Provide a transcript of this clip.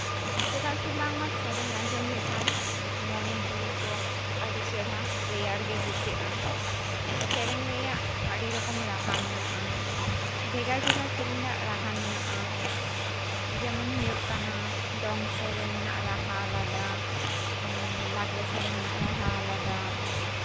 ᱪᱮᱫᱟᱜ ᱥᱮ ᱵᱟᱝ ᱥᱮᱨᱮᱧ ᱟᱸᱡᱚᱢ ᱞᱮᱠᱷᱟᱱ ᱢᱚᱱᱮ ᱡᱤᱣᱤ ᱠᱚ ᱟᱹᱰᱤ ᱪᱮᱦᱨᱟ ᱨᱮᱭᱟᱲ ᱜᱮ ᱵᱩᱡᱷᱟᱹᱜᱼᱟ ᱥᱮᱨᱮᱧ ᱨᱮᱭᱟᱜ ᱟᱹᱰᱤ ᱨᱚᱠᱚᱢ ᱨᱟᱦᱟ ᱢᱮᱱᱟᱜᱼᱟ ᱵᱷᱮᱜᱟᱨ ᱵᱷᱮᱜᱟᱨ ᱥᱮᱨᱮᱧ ᱨᱮᱱᱟᱜ ᱨᱟᱦᱟ ᱢᱮᱱᱟᱜᱼᱟ ᱡᱮᱢᱚᱱ ᱦᱩᱭᱩᱜ ᱠᱟᱱᱟ ᱫᱚᱝ ᱥᱮᱨᱮᱧ ᱨᱮᱱᱟᱜ ᱨᱟᱦᱟ ᱟᱞᱟᱫᱟ ᱞᱟᱜᱽᱲᱮ ᱥᱮᱨᱮᱧ ᱨᱮᱱᱟᱜ ᱟᱞᱟᱫᱟ